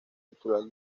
titular